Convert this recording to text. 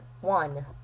One